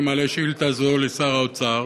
אני מעלה שאילתה זו לשר האוצר.